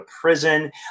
prison